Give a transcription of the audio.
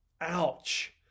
Ouch